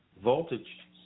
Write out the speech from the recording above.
voltage